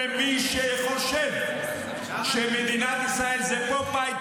ומי שחושב שמדינת ישראל היא פופאי,